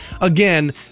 Again